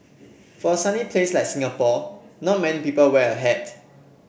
for a sunny place like Singapore not many people wear a hat